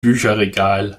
bücherregal